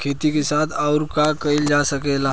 खेती के साथ अउर का कइल जा सकेला?